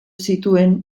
zituen